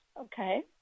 Okay